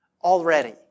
already